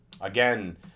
again